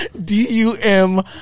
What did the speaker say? D-U-M